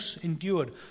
endured